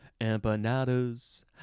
empanadas